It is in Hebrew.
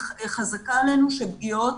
חזקה עלינו שפגיעות,